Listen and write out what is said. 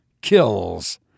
kills